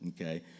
okay